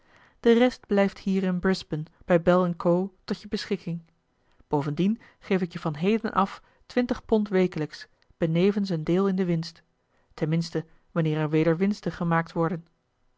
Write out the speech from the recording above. de rest blijft hier in brisbane bij bell co tot je beschikking bovendien geef ik je van heden af twintig pond wekelijks benevens een deel in de winst ten minste wanneer er weder winsten gemaakt worden